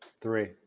three